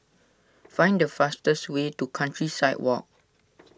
find the fastest way to Countryside Walk